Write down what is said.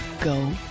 Go